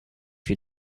you